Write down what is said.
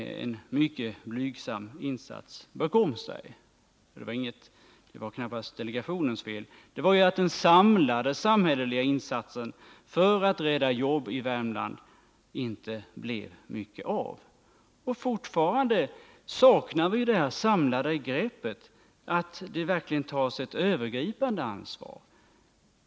Men det var knappast delegationens fel, utan det berodde på att det inte blev mycket av de samlade samhälleliga insatserna för att rädda jobb i Värmland. Fortfarande saknar vi det här samlade greppet, att det verkligen tas ett övergripande ansvar.